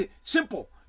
Simple